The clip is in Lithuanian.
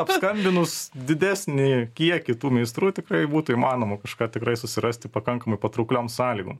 apskambinus didesnį kiekį tų meistrų tikrai būtų įmanoma kažką tikrai susirasti pakankamai patraukliom sąlygom